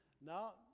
Now